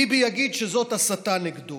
ביבי יגיד שזאת הסתה נגדו,